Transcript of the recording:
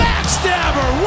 Backstabber